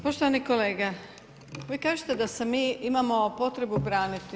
Poštovani kolega, vi kažete da se mi imamo potrebu braniti.